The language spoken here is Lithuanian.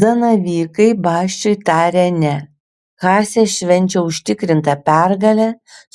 zanavykai basčiui tarė ne haase švenčia užtikrintą pergalę